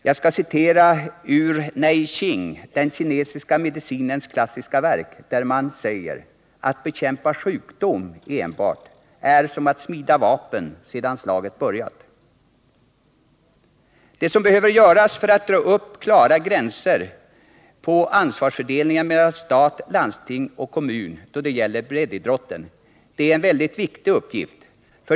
Jag skall citera ur Nei Ching, den kinesiska medicinens klassiska verk, där man säger: ”Att bekämpa sjukdom enbart är som att smida vapen sedan slaget börjat.” Att dra upp klara gränser för ansvarsfördelningen mellan stat, landsting och kommun då det gäller breddidrotten är en mycket viktig uppgift.